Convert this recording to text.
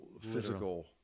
physical